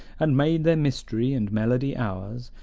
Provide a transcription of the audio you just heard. and made their mystery and melody ours,